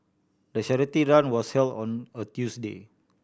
the charity run was held on a Tuesday